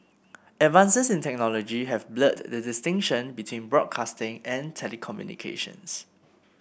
advances in technology have blurred the distinction between broadcasting and telecommunications